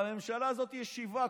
בממשלה הזאת יש שבעה,